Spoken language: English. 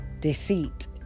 deceit